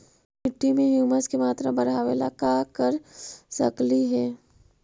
मिट्टी में ह्यूमस के मात्रा बढ़ावे ला का कर सकली हे?